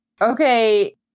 Okay